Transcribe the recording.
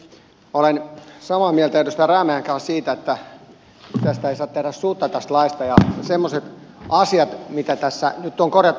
olen samaa mieltä edustaja rajamäen kanssa siitä että tästä laista ei saa tehdä sutta ja olisin arvoisalta oikeusministeriltä kysynyt semmoisista asioista mitä tässä nyt on korjattavissa